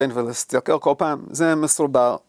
כן ולהסתכל כל פעם, זה מסורבל.